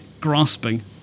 grasping